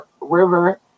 River